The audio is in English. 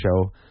show